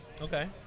Okay